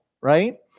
right